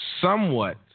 somewhat